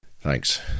thanks